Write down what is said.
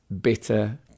bitter